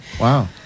Wow